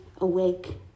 awake